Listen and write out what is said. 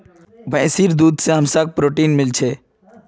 भैंसीर दूध से हमसाक् प्रोटीन मिल छे